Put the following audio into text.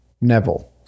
Neville